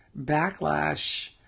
backlash